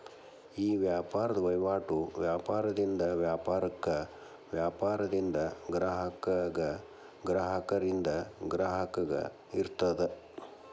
ಈ ವ್ಯಾಪಾರದ್ ವಹಿವಾಟು ವ್ಯಾಪಾರದಿಂದ ವ್ಯಾಪಾರಕ್ಕ, ವ್ಯಾಪಾರದಿಂದ ಗ್ರಾಹಕಗ, ಗ್ರಾಹಕರಿಂದ ಗ್ರಾಹಕಗ ಇರ್ತದ